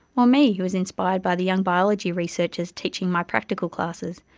or me who was inspired by the young biology researchers teaching my practical classes,